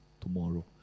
tomorrow